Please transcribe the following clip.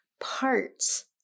parts